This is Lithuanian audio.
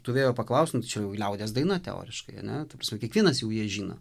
tu vėjo paklausk nu tai čia jau liaudies daina teoriškai ane ta prasme kiekvienas jau ją žino